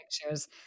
pictures